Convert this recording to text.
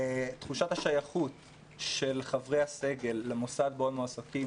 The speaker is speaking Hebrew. תחושת השייכות של חברי הסגל למוסד שבו הם מועסקים,